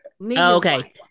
Okay